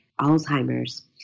Alzheimer's